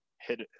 hit